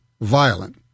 violent